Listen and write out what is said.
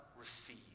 receive